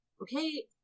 okay